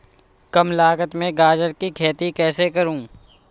कम लागत में गाजर की खेती कैसे करूँ?